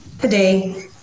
Today